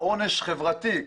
עונש חברתי.